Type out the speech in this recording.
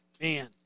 man